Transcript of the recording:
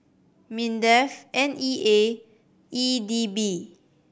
MINDEF N E A E D B